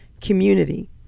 community